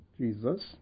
Jesus